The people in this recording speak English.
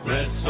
Red